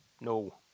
No